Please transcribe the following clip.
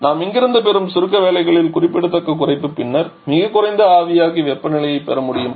எனவே நாம் இங்கிருந்து பெறும் சுருக்க வேலைகளில் குறிப்பிடத்தக்க குறைப்பு பின்னர் மிகக் குறைந்த ஆவியாக்கி வெப்பநிலையைப் பெற முடியும்